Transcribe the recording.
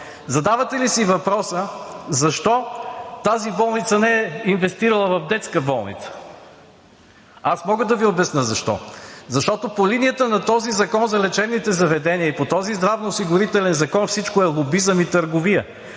Задавате ли си въпроса защо тази болница не е инвестирала в детска болница? Аз мога да Ви обясня защо. Защото по линията на този закон за лечебните заведения и по здравноосигурителния закон – всичко е лобизъм и търговия!